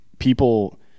People